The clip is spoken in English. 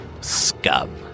scum